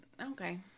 Okay